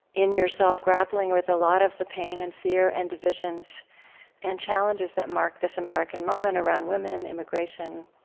in yourself, grappling with a lot of the pain and fear and divisions and challenges that mark this american moment around women, immigration,